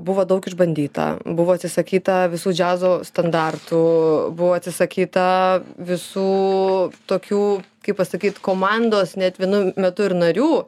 buvo daug išbandyta buvo atsisakyta visų džiazo standartų buvo atsisakyta visų tokių kaip pasakyt komandos net vienu metu ir narių